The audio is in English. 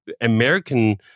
American